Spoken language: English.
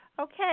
Okay